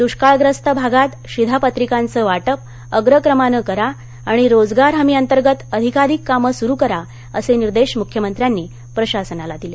दुष्काळग्रस्त भागात शिधापत्रिकांचं वाटप अग्रक्रमानं करा आणि रोजगार हमी अंतर्गत अधीकाधिक कामं सुरू करा असे निर्देश मुख्यमंत्र्यांनी प्रशासनाला दिले